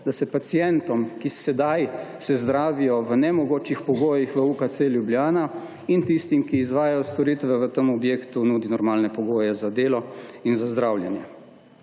da se pacientom, ki sedaj se zdravijo v nemogočih pogojih v UKC Ljubljana in tistim, ki izvajajo storitve v tem objektu, nudi normalne pogoje za delo in za zdravljenje.